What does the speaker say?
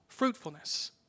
fruitfulness